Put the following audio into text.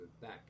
back